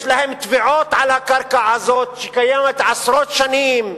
יש להם תביעות על הקרקע הזאת, שקיימת עשרות שנים.